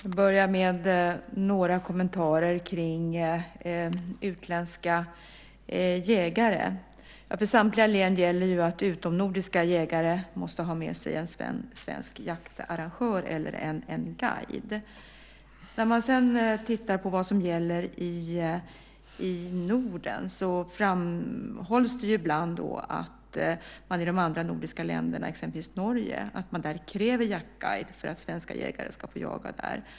Herr talman! Jag börjar med några kommentarer om utländska jägare. För samtliga län gäller att utomnordiska jägare måste ha med sig en svensk jaktarrangör eller en guide. När man tittar på vad som gäller i Norden framhålls det ibland att man i de andra nordiska länderna, exempelvis Norge, kräver jaktguide för att svenska jägare ska få jaga där.